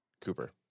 Cooper